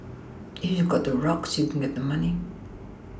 if you've got the rocks you can get the money